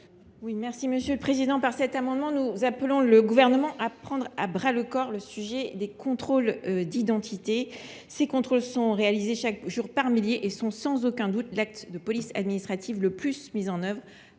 à Mme Corinne Narassiguin. Par cet amendement, nous appelons le Gouvernement à prendre à bras le corps le sujet des contrôles d’identité. Si ces contrôles, réalisés chaque jour par milliers, sont sans aucun doute l’acte de police administrative le plus souvent mis en œuvre